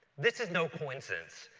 this is no coincidence.